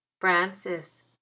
Francis